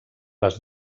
les